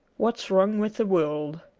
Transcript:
what's wrong with the world